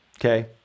okay